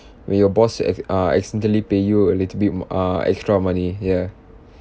when your boss acci~ uh accidentally pay you a little bit mo~ uh extra money ya